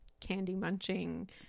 candy-munching